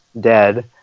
dead